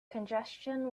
congestion